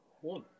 One